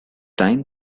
time